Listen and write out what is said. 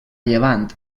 llevant